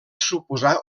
suposar